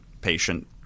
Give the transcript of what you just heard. patient